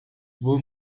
vous